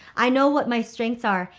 i know what my strengths are,